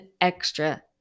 extra